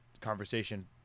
conversation